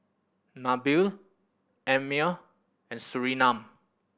Nabil Ammir and Surinam